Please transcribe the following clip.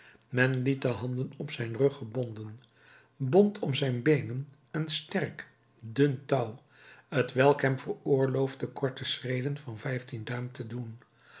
men liet de handen op zijn rug gebonden bond om zijn beenen een sterk dun touw t welk hem veroorloofde korte schreden van vijftien duim te doen